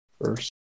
first